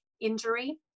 injury